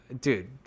dude